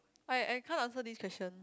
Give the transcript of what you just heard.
I I can't answer this question